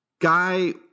Guy